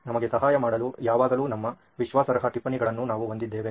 ನಮಗೆ ಸಹಾಯ ಮಾಡಲು ಯಾವಾಗಲೂ ನಮ್ಮ ವಿಶ್ವಾಸಾರ್ಹ ಟಿಪ್ಪಣಿಗಳನ್ನು ನಾವು ಹೊಂದಿದ್ದೇವೆ